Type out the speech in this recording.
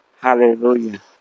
Hallelujah